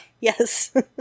Yes